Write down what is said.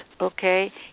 okay